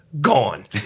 gone